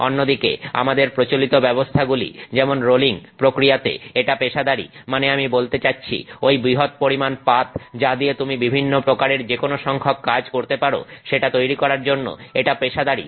অন্যদিকে আমাদের প্রচলিত ব্যবস্থাগুলি যেমন রোলিং প্রক্রিয়াতে এটা পেশাদারী মানে আমি বলতে চাচ্ছি ওই বৃহৎ পরিমাণ পাত যা দিয়ে তুমি বিভিন্ন প্রকারের যেকোনো সংখ্যক কাজ করতে পারো সেটা তৈরি করার জন্য এটা পেশাদারী